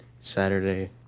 Saturday